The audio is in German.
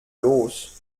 los